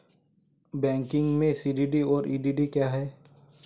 Banking में CDD और EDD क्या हैं?